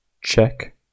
check